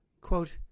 Quote